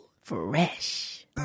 fresh